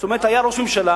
זאת אומרת, היה ראש ממשלה.